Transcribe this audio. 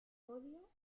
podio